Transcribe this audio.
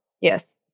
Yes